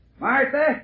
Martha